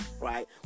Right